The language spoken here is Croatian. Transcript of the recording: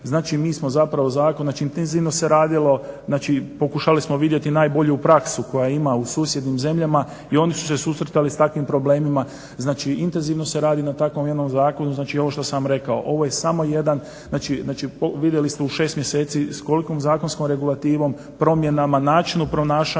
Znači, mi smo zapravo zakon, znači intenzivno se radilo. Znači pokušali smo vidjeti najbolju praksu koja ima u susjednim zemljama i oni su se susretali s takvim problemima. Znači, intenzivno se radi na takvom jednom zakonu. Znači ovo što sam vam rekao. Ovo je samo jedan, znači vidjeli ste u šest mjeseci s kolikom zakonskom regulativom, promjenama, načinu ponašanja